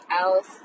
else